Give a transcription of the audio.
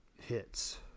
hits